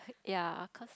ya cause